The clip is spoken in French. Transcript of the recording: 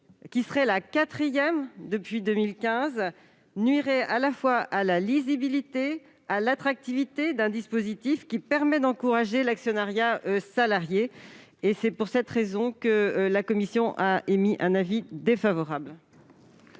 qui serait la quatrième depuis 2015, nuirait à la fois à la lisibilité et à l'attractivité d'un dispositif permettant d'encourager l'actionnariat salarié. C'est pourquoi la commission a émis un avis défavorable